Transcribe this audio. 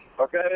Okay